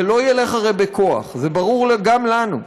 הרי זה לא ילך בכוח, זה ברור גם לנו,